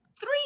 three